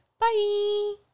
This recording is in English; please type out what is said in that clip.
Bye